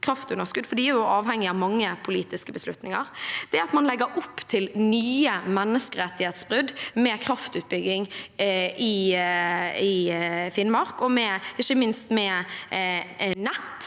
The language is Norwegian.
for de er jo avhengig av mange politiske beslutninger, er at man legger opp til nye menneskerettighetsbrudd med kraftutbygging i Finnmark, ikke minst med nett